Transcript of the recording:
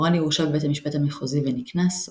גורלי הורשע בבית המשפט המחוזי ונקנס,